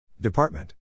Department